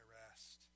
rest